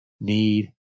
need